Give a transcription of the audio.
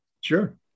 Sure